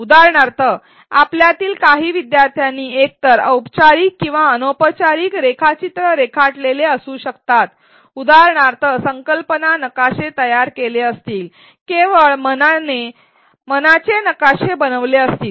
उदाहरणार्थ आपल्यातील काही विद्यार्थ्यांनी एकतर औपचारिक किंवा अनौपचारिक रेखाचित्र रेखाटलेले असू शकतात उदाहरणार्थ संकल्पना नकाशे तयार केले असतील केवळ मनाचे नकाशे बनविले असतील